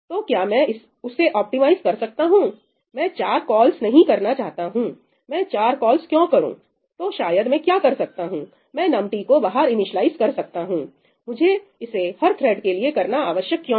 तो क्या मैं उसे ऑप्टिमाइज कर सकता हूं मैं 4 कॉल नहीं करना चाहता हूं मैं 4 कॉल क्यों करूं तो शायद मैं क्या कर सकता हूं मैं नम टी को बाहर इनिस्लाइज कर सकता हूं मुझे इसे हर थ्रेड के लिए करना आवश्यक क्यों है